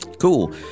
Cool